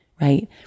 right